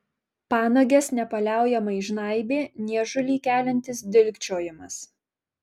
panages nepaliaujamai žnaibė niežulį keliantis dilgčiojimas